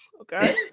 okay